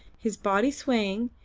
his body swaying,